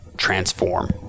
transform